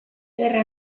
ederra